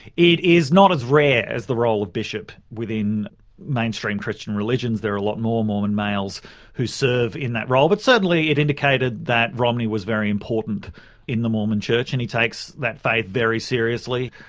it is not as rare as the role of bishop within mainstream christian religions there are a lot more mormon males who serve in that role. but certainly it indicated that romney was very important in the mormon church and he takes that faith very seriously.